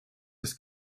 ist